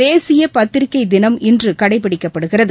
தேசிய பத்திரிகை தினம் இன்று கடைப்பிடிக்கப்படுகிறது